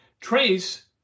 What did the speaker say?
Trace